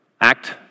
act